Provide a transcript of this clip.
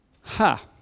ha